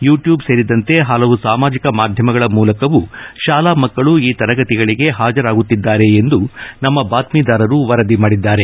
YouTube ಸೇರಿದಂತೆ ಹಲವು ಸಾಮಾಜಿಕ ಮಾಧ್ಯಮಗಳ ಮೂಲಕ ಶಾಲಾ ಮಕ್ಕಳು ಈ ತರಗತಿಗಳಿಗೆ ಹಾಜರಾಗುತ್ತಿದ್ದಾರೆ ಎಂದು ನಮ್ಮ ಬಾತ್ತ್ೀದಾರರು ವರದಿ ಮಾಡಿದ್ದಾರೆ